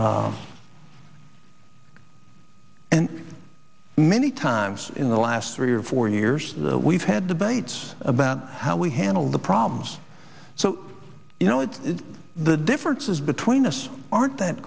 and many times in the last three or four years we've had debates about how we handled the problems so you know it's the differences between us aren't that